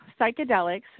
psychedelics